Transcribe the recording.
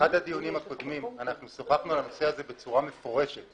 באחד הדיונים הקודמים שוחחנו על הנושא הזה בצורה מפורשת,